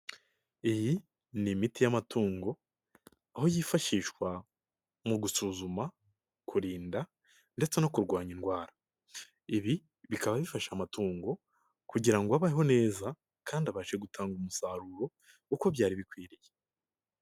Iyi ni imiti y'amatungo aho yifashishwa mu gusuzuma, kurinda ndetse no kurwanya indwara, ibi bikaba bifasha amatungo kugira ngo abeho neza kandi abashe gutanga umusaruro uko byari bikwiriye.